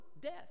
death